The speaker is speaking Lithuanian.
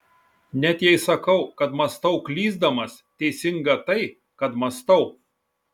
net jei sakau kad mąstau klysdamas teisinga tai kad mąstau